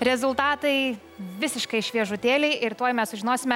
rezultatai visiškai šviežutėliai ir tuoj mes sužinosime